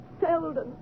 Selden